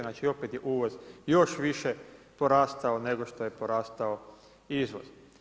Znači opet je uvoz još više porastao nego što je porastao izvoz.